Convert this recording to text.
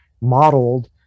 modeled